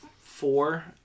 four